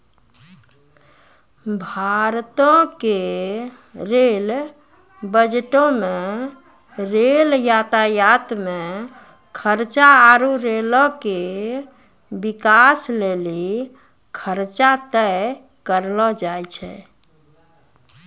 भारतो के रेल बजटो मे रेल यातायात मे खर्चा आरु रेलो के बिकास लेली खर्चा तय करलो जाय छै